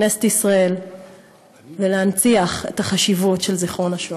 בכנסת ישראל ולהנציח את החשיבות של זיכרון השואה.